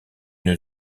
une